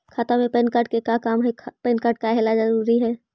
खाता में PAN card के का काम है पैन कार्ड काहे ला जरूरी है?